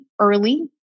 early